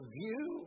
view